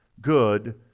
good